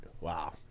Wow